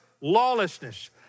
lawlessness